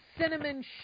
cinnamon